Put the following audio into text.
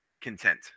content